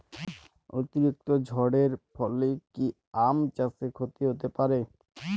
অতিরিক্ত ঝড়ের ফলে কি আম চাষে ক্ষতি হতে পারে?